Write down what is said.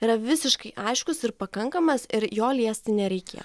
yra visiškai aiškus ir pakankamas ir jo liesti nereikėtų